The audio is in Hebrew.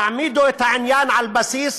תעמידו את העניין על בסיס